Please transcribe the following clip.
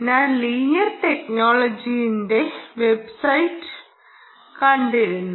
ഞാൻ ലീനിയർ ടെക്നോളജീസിന്റെ വെബ്സൈറ്റ് കണ്ടിരുന്നു